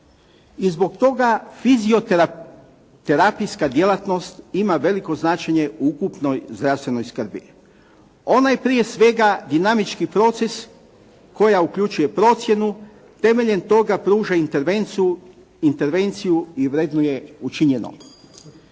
I zbog toga fizioterapijska djelatnost ima veliko značenje u ukupnoj zdravstvenoj skrbi. Ono je prije svega dinamički proces koji uključuju procjenu, temeljem toga pruža intervenciju i vrednuje učinjeno.